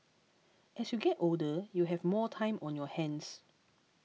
as you get older you have more time on your hands